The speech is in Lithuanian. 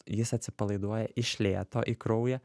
jis atsipalaiduoja iš lėto į kraują